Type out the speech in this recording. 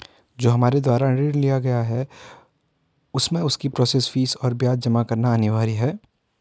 जो हमारे द्वारा ऋण लिया गया है उसमें उसकी प्रोसेस फीस और ब्याज जमा करना अनिवार्य है?